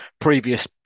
previous